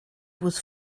was